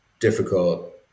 difficult